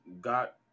got